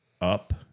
up